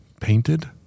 painted